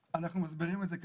אנחנו מסבירים את זה כך.